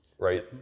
Right